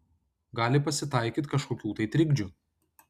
gali pasitaikyt kažkokių tai trikdžių